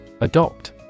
Adopt